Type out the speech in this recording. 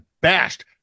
bashed